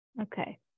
Okay